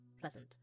Pleasant